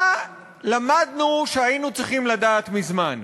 מה למדנו שהיינו צריכים לדעת מזמן?